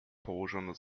położono